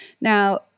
Now